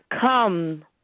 come